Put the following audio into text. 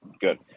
Good